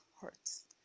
hurts